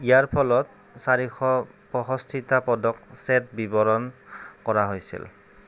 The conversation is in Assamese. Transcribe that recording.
ইয়াৰ ফলত চাৰিশ পয়ষষ্ঠিটা পদক ছেট বিৱৰণ কৰা হৈছিল